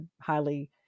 highly